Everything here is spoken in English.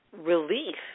relief